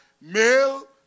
male